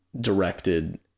directed